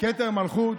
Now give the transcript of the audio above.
כתר מלכות.